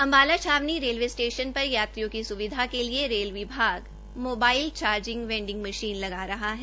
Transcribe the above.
अंबाला छावनी railway station पर यात्रियों की सुविधाके लिए रेल विभाग मोबाइल चारजिंग वेंडिंग मशीन लगा रहा है